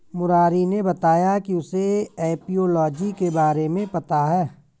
मुरारी ने बताया कि उसे एपियोलॉजी के बारे में पता है